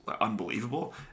unbelievable